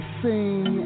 sing